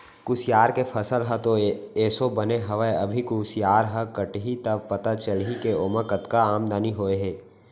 कुसियार के फसल ह तो एसो बने हवय अभी कुसियार ह कटही त पता चलही के ओमा कतका आमदनी होय हे